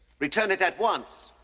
return it at once,